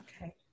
okay